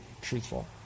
truthful